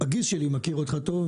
הגיס שלי מראשון מכיר אותך טוב,